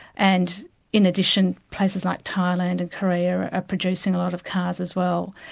and in addition, places like thailand and korea are producing a lot of cars as well.